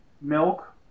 milk